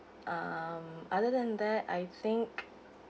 um other than that I think